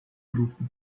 grupo